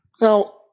Now